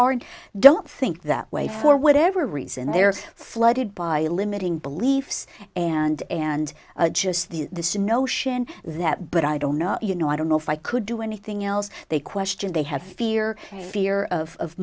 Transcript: aren't don't think that way for whatever reason they are flooded by limiting beliefs and and just the notion that but i don't know you know i don't know if i could do anything else they question they have fear fear of